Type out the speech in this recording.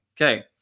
Okay